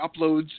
uploads